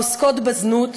העוסקות בזנות,